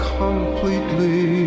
completely